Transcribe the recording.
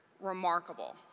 remarkable